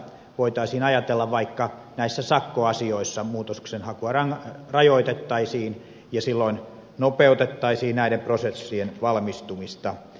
voitaisiin ajatella että vaikka näissä sakkoasioissa muutoksenhakua rajoitettaisiin ja silloin nopeutettaisiin näiden prosessien valmistumista